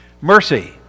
Mercy